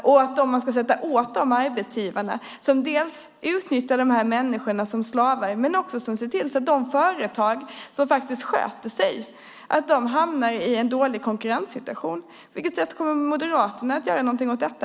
Man måste sätta åt de arbetsgivare som dels utnyttjar dessa människor som slavar, dels ser till att de företag som sköter sig hamnar i en dålig konkurrenssituation. Kommer Moderaterna att göra någonting åt detta?